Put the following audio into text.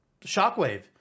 Shockwave